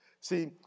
See